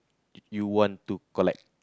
you want to collect